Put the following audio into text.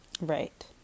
Right